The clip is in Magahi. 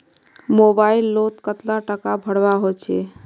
मोबाईल लोत कतला टाका भरवा होचे?